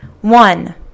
One